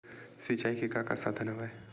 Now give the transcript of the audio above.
सिंचाई के का का साधन हवय?